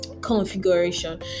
Configuration